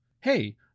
Hey